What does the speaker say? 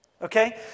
Okay